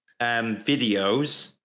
videos